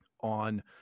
on